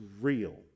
real